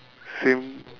same